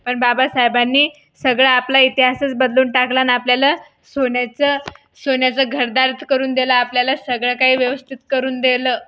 पण बाबासाहेबांनी सगळा आपला इतिहासच बदलून टाकला आणि आपल्याला सोन्याचं सोन्याचं घरदार करून दिलं आपल्याला सगळं काही व्यवस्थित करून दिलं